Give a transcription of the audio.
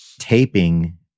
taping